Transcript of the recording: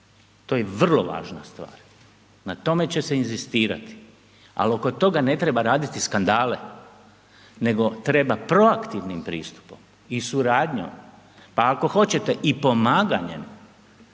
To je vrlo važna stvar. na tome će se inzistirati ali oko toga ne treba raditi skandale nego treba proaktivnim pristupom i suradnjom pa ako hoćete, i pomaganjem